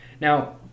Now